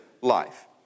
life